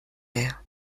mehr